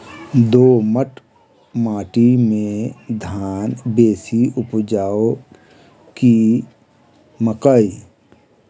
दोमट माटि मे धान बेसी उपजाउ की मकई?